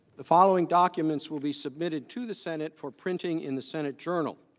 the following documents will be submitted to the senate for printing in the senate journal.